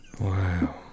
Wow